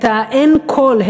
את האין-קול,